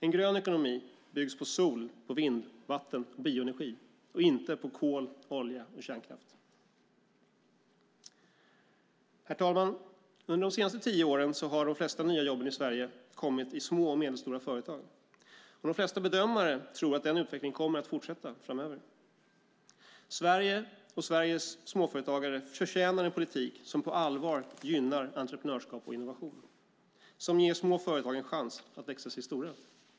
En grön ekonomi byggs på sol, vind, vatten och bioenergi och inte på kol, olja och kärnkraft. Herr talman! Under de senaste tio åren har de flesta nya jobb i Sverige kommit i små och medelstora företag. De flesta bedömare tror att denna utveckling kommer att fortsätta framöver. Sverige och Sveriges småföretagare förtjänar en politik som på allvar gynnar entreprenörskap och innovation och som ger små företag en chans att växa sig stora.